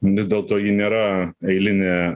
vis dėlto ji nėra eilinė